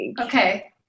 okay